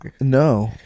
No